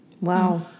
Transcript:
Wow